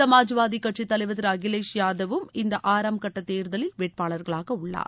சமாஜ்வாதி கட்சித் தலைவர் திரு அகிலேஷ் யாதவ் வும் இந்த ஆறாம் கட்ட தேர்தலில் வேட்பாளராக உள்ளார்